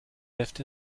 left